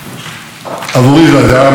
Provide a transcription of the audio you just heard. סגירת מעגל.